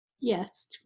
Yes